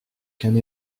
qu’un